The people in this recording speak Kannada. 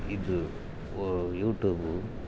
ಇದು ಯುಟೂಬು